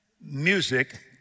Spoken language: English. music